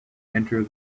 enter